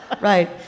right